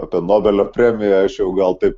apie nobelio premiją aš jau gal taip